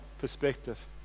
perspective